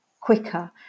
quicker